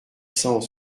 cent